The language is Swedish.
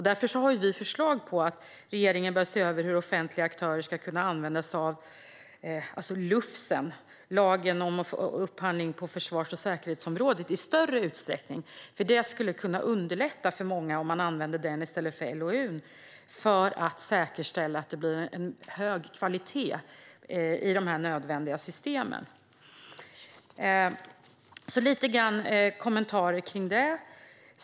Därför har vi förslag om att regeringen bör se över hur offentliga aktörer ska kunna använda sig av "lufsen", det vill säga lagen om upphandling på försvars och säkerhetsområdet, i större utsträckning. Det skulle nämligen kunna underlätta för många om man använde den i stället för LOU, för att säkerställa att det blir hög kvalitet i de nödvändiga systemen. Jag skulle vilja ha kommentarer kring det.